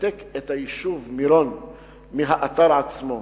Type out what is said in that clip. לנתק את היישוב מירון מהאתר עצמו,